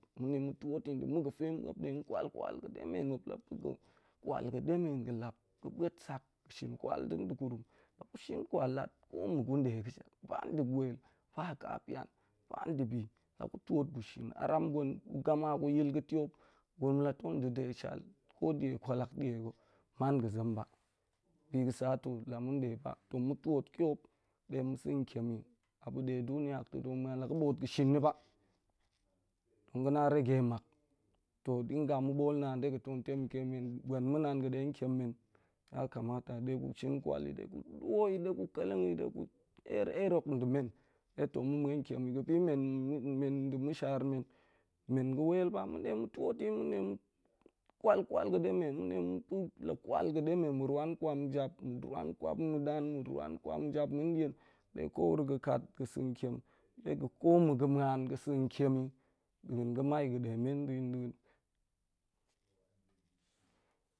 Ma̱n ɗe ma̱ tuot ta̱ ɗe ma̱ ga̱fe muap ɗe kwal kwal ga̱ demen, muap la pa̱ ga̱ kwal ga̱ demen ga̱ la ga̱ bua̱t nsak, shin kwal nɗe degurum, la ga̱ shin kwal lat ko ma̱ ga̱n ɗe ga̱ shak ba ɗe wel, ba ka pian, ba dibi, la gu tuot gu shin aram gwen gu gaina gu yil ga̱ tiap, gurum la tong da̱ ɗe shel ko kwalak nia ga̱ man ga̱ zem ba. Bi ga̱ sa to la ma̱n ɗe bak tong ma̱ tuot kiap ɗe ma̱ sa̱n tiem yi a pa̱ de duniya hok ta̱ muan yi la ga̱ bo̱o̱t pa̱ shin ni ba, ha̱ na rege makto dinga ma̱ bo̱o̱t naah de ga̱ tong tameke men gwen ma̱ nana ga̱ de tiam men, yakamata ɗe gu shin kwal li de gu ɗua̱ ɗe gu keleng yi de gu eer eer hok ɗe men de kong ma̱ muan tiem yi ga̱ bi men ɗe ma̱shan men men ga̱ wel ba, ma̱n de ma̱ tuot ta̱ ma̱n ɗe ma̱ kwal kwa ga̱ demen kwal ga̱ demen ma̱ rwan kwam jap, ma̱ rwan kwam ma̱ nan, ma̱ rwan kwam jap ma̱n ɗa̱n, de ko wuro ga̱ kat ga̱ sa̱n tiem, ɗe ga̱ ko ma̱ ga̱ muan ga̱ sa̱ tiem da̱a̱n ga̱ mai ga̱ ɗe men da̱a̱n da̱a̱n